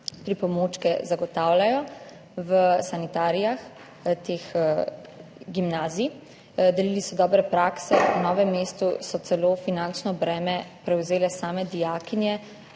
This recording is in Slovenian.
pripomočke zagotavljajo v sanitarijah teh gimnazij. Delili so dobre prakse. V Novem mestu so celo finančno breme prevzele same dijakinje,